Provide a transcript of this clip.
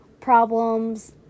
problems